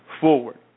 forward